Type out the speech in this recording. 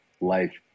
life